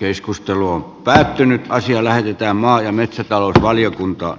puhemiesneuvosto ehdottaa että asia lähetetään maa ja metsätalousvaliokunta